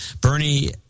Bernie